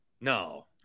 no